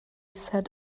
said